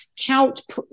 count